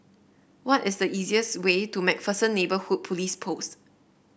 what is the easiest way to MacPherson Neighbourhood Police Post